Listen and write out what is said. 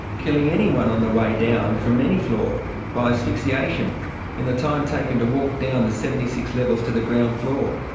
killing anyone on the way down from any floor by asphyxiation in the time taken to walk down the seventy six levels to the ground floor.